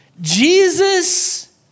Jesus